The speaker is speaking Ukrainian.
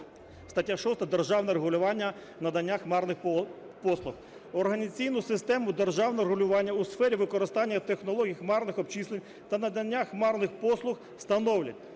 "Стаття 6 – Державне регулювання надання хмарних послуг. Організаційну систему державного регулювання у сфері використання технологій хмарних обчислень та надання хмарних послуг становлять: